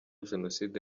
jenoside